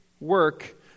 work